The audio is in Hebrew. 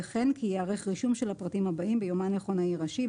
וכן כי ייערך רישום של הפרטים הבאים ביומן מכונאי ראשי,